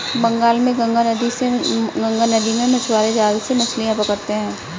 बंगाल में गंगा नदी में मछुआरे जाल से मछलियां पकड़ते हैं